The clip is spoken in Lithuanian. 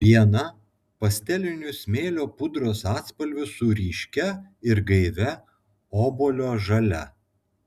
viena pastelinių smėlio pudros atspalvių su ryškia ir gaivia obuolio žalia